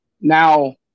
Now